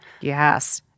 Yes